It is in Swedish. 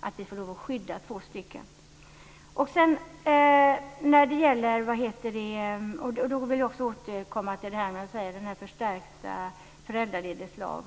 Man skulle kunna ha ett större skydd genom en förstärkt föräldraledighetslag.